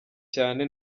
cyane